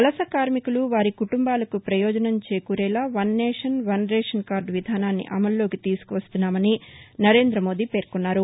వలస కార్మికులు వారి కుటుంబాలకు ప్రయోజనం చేకూరేలా one nation one ration card విధానాన్ని అమల్లోకి తీసుకు వస్తున్నామని నరేంద్రమోదీ పేర్కొన్నారు